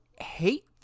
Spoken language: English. hate